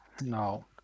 No